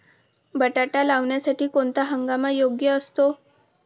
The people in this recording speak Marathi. बटाटा लावण्यासाठी कोणता हंगाम योग्य असतो?